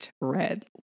red